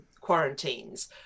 quarantines